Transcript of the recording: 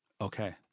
Okay